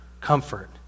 comfort